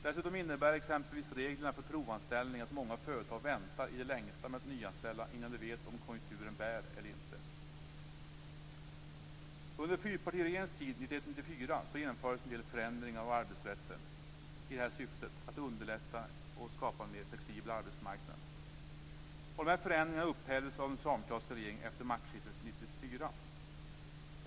Dessutom innebär exempelvis reglerna för provanställning att många företag väntar i det längsta med att nyanställa tills de vet om konjunkturen bär eller inte. Under fyrpartiregeringens tid 1991-1994 genomfördes en del förändringar av arbetsrätten i syfte att underlätta och skapa en mer flexibel arbetsmarknad.